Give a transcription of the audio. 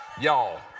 Y'all